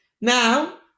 Now